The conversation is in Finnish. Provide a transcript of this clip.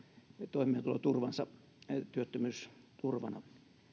toimeentuloturvansa työttömyysturvana